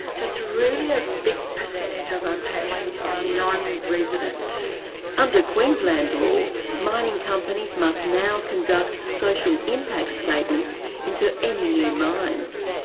it's really a big percentage of our patients are non-resident. under queensland law, mining companies must now conduct social impact statements into any new mines.